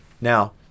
Now